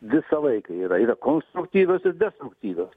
visą laiką yra yra konstruktyvios ir destruktyvios